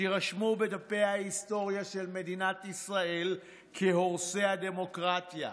תירשמו בדפי ההיסטוריה של מדינת ישראל כהורסי הדמוקרטיה.